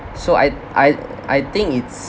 so I I I think it's